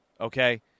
Okay